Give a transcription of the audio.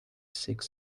seeks